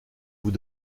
vous